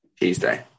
Tuesday